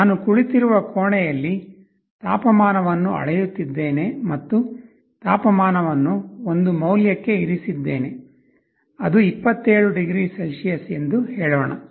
ನಾನು ಕುಳಿತಿರುವ ಕೋಣೆಯಲ್ಲಿ ತಾಪಮಾನವನ್ನು ಅಳೆಯುತ್ತಿದ್ದೇನೆ ಮತ್ತು ತಾಪಮಾನವನ್ನು ಒಂದು ಮೌಲ್ಯಕ್ಕೆ ಇರಿಸಿದ್ದೇನೆ ಅದು 27 ಡಿಗ್ರಿ ಸೆಲ್ಸಿಯಸ್ ಎಂದು ಹೇಳೋಣ